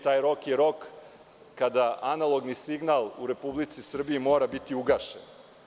Taj rok je rok kada analogni signal u Republici Srbiji mora biti ugašen.